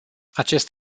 acest